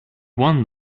won